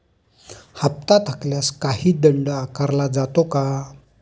हप्ता थकल्यास काही दंड आकारला जातो का?